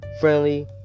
friendly